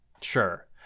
Sure